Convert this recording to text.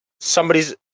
somebody's